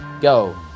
Go